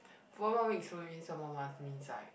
four more weeks so it means one more month means right